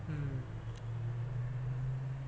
mm